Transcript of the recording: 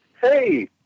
Hey